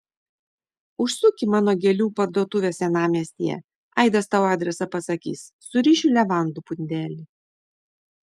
užsuk į mano gėlių parduotuvę senamiestyje aidas tau adresą pasakys surišiu levandų pundelį